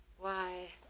why,